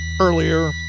earlier